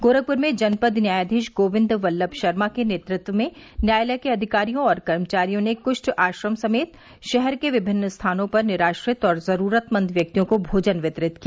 गोरखपुर में जनपद न्यायाधीश गोविन्द बल्लभ शर्मा के नेतृत्व में न्यायालय के अधिकारियों और कर्मचारियों ने कुष्ठ आश्रम समेत शहर के विभिन्न स्थानों पर निराश्रित और जरूरतमंद व्यक्तियों को भोजन वितरित किया